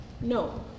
No